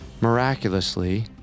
Miraculously